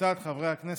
וקבוצת חברי הכנסת.